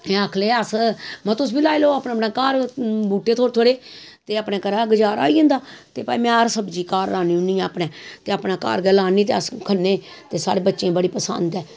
एह् आखन लगे अस महां तुस बी लाई लैओ अपने अपने घर बूह्टे थोह्ड़े थोह्ड़े अपनै घरा गज़ारा होई जंदा ते भाई में हर सब्जी घर लान्नी होन्नी अपनै घर लै लान्ने ते अस खन्ने ते साढ़े बच्चें गी बड़ी पसंद ऐ हां